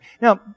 Now